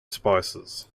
spices